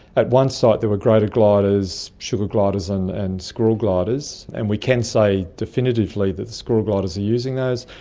at one site there were greater gliders, sugar gliders and and squirrel gliders, and we can say definitively that squirrel gliders are using those.